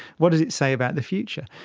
what does it say about the future?